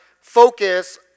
focus